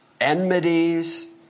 enmities